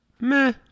Meh